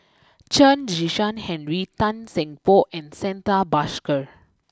Chen Kezhan Henri Tan Seng Poh and Santha Bhaskar